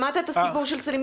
שמעת את הסיפור של סלים?